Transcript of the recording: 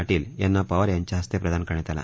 पाटील याप्ती पवार याच्या हस्ते प्रदान करण्यात आला